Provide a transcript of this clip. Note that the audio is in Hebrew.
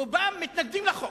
רובם מתנגדים לחוק.